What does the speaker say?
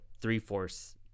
three-fourths